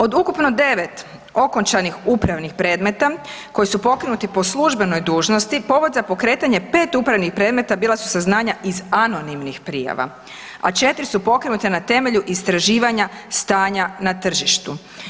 Od ukupno 9 okončanih upravnih predmeta koji su pokrenuti po službenoj dužnosti, povod za pokretanje 5 upravnih predmeta bila su saznanja iz anonimnih prijava, a 4 su pokrenute na temelju istraživanja stanja na tržištu.